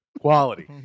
Quality